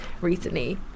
recently